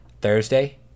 Thursday